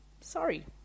Sorry